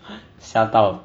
吓到